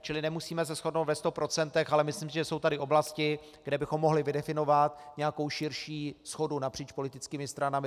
Čili nemusíme se shodnout ve sto procentech, ale myslím si, že jsou tady oblasti, kde bychom mohli vydefinovat nějakou širší shodu napříč politickými stranami.